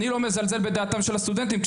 אני לא מזלזל בדעתם של הסטודנטים,